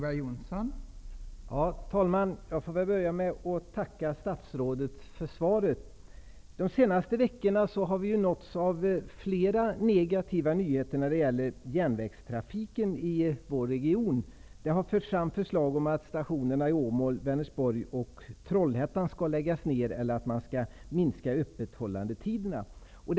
Fru talman! Jag får väl börja med att tacka statsrådet för svaret. De senaste veckorna har vi ju nåtts av flera negativa nyheter när det gäller järnvägstrafiken i vår region. Det har förts fram förslag om att stationerna i Åmål, Vänersborg och Trollhättan skall läggas ner eller att öppethållandetiderna skall minskas.